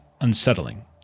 unsettling